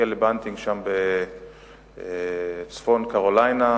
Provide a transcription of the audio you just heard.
בכלא "באטנר" שם בצפון קרוליינה,